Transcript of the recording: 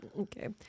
Okay